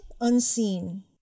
unseen